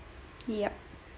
yup